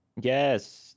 Yes